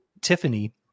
Tiffany